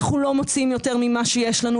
אנחנו לא מוציאים יותר ממה שיש לנו.